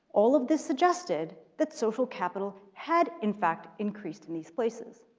all of this suggested that social capital had in fact increased in these places,